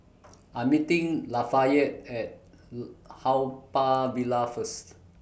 I'm meeting Lafayette At Haw Par Villa First